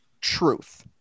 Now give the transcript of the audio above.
truth